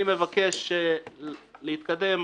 אני מבקש להתקדם.